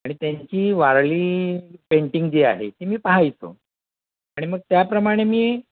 आणि त्यांची वारली पेंटिंग जी आहे ती मी पाहायचो आणि मग त्याप्रमाणे मी